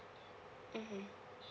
mmhmm